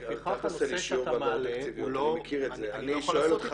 לפיכך הנושא שאתה מעלה הוא לא --- אני לא יכול לעשות איתו כלום.